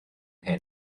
hyn